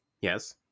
Yes